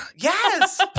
Yes